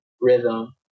rhythm